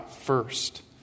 first